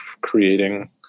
creating